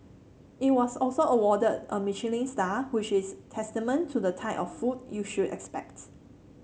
it was also awarded a Michelin star which is testament to the type of food you should expect